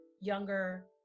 younger